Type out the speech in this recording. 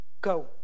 go